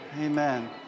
Amen